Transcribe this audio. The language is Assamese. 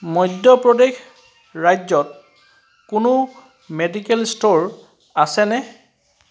মধ্য প্ৰদেশ ৰাজ্যত কোনো মেডিকেল ষ্ট'ৰ আছেনে